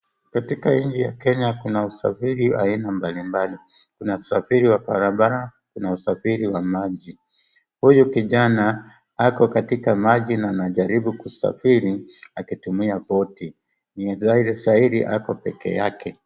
Katika nchi ya Kenya usafiri aina mbalimbali. Kuna usafiri wa barabara, kuna usafiri wa maji. Huyu kijana, ako katika maji na anajaribu kusafiri akitumia boti. Ni dhairi shahiri ako peke yake.